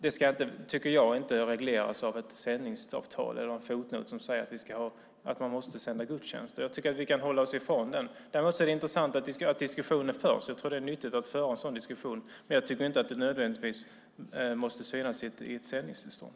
Detta ska inte regleras av ett sändningsavtal eller en fotnot som säger att gudstjänster måste sändas. Jag tycker att vi kan hålla oss ifrån sådant. Däremot är det intressant att diskussionen förs. Det är nyttigt att föra en sådan diskussion, men det måste inte nödvändigtvis synas i ett sändningstillstånd.